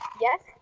yes